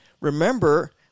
remember